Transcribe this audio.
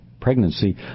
pregnancy